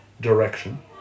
direction